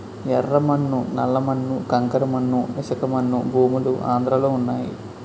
యెర్ర మన్ను నల్ల మన్ను కంకర మన్ను ఇసకమన్ను భూములు ఆంధ్రలో వున్నయి